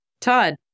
Todd